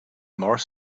more